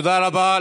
תודה רבה.